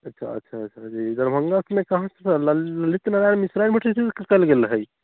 अच्छा अच्छा अच्छा जी दरभङ्गामे कहाँसँ ललित नारायण मिथिला यूनिवर्सिटीसँ कैल गेल रहै